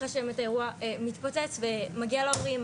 אחרי שבאמת האירוע מתפוצץ ומגיע להורים,